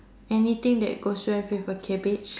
anything that goes well with a cabbage